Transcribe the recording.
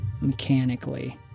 mechanically